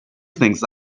things